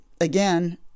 again